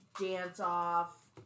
dance-off